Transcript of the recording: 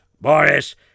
Boris